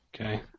Okay